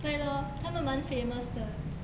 对咯他们蛮 famous 的